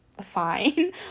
fine